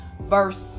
verse